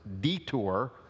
detour